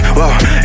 Whoa